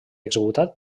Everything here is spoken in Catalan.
executat